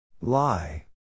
Lie